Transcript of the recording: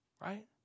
right